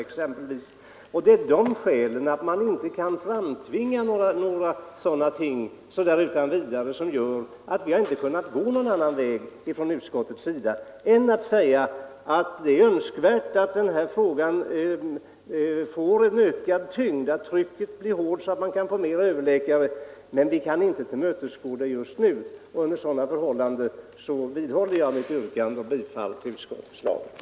Det förhållandet att man inte utan vidare kan framtvinga en lösning har gjort att utskottet inte kunnat göra mer än att säga att det är önskvärt att vi får fram flera överläkare. Vi kan emellertid inte tillmötesgå detta önskemål just nu. Jag vidhåller därför mitt yrkande om bifall till utskottets hemställan.